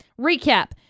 recap